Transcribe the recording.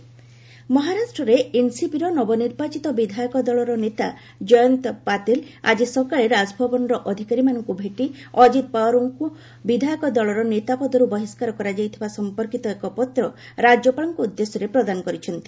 ମହା ଡେଭେଲପମେଣ୍ଟ ମହାରାଷ୍ଟ୍ରରେ ଏନସିପିର ନବ ନିର୍ବାଚିତ ବିଧାୟକ ଦଳର ନେତା ଜୟନ୍ତ ପାତିଲ୍ ଆଜି ସକାଳେ ରାଜଭବନର ଅଧିକାରୀମାନଙ୍କୁ ଭେଟି ଅଜିତ ପାୱାରଙ୍କ ବିଧାୟକ ଦଳର ନେତା ପଦର୍ ବହିଷ୍କାର କରାଯାଇଥିବା ସମ୍ପର୍କୀତ ଏକ ପତ୍ର ରାଜ୍ୟପାଳଙ୍କ ଉଦ୍ଦେଶ୍ୟରେ ପ୍ରଦାନ କରିଛନ୍ତି